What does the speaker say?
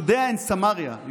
Judea and Samaria ,